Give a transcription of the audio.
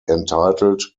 entitled